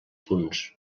punts